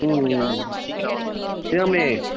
ம்ம்ம் சிகாமணி